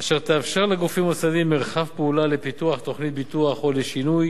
אשר תאפשר לגופים מוסדיים מרחב פעולה לפיתוח תוכנית ביטוח או לשינוי